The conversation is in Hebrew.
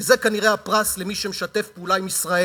כי זה כנראה הפרס למי שמשתף פעולה עם ישראל,